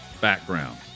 background